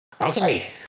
Okay